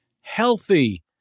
healthy